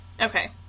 Okay